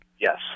Yes